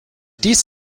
dies